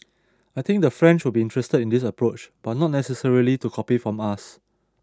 I think the French will be interested in this approach but not necessarily to copy from us